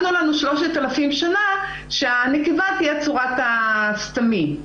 תנו לנו 3,000 שנה שהנקבה תהיה צורת הסתמי,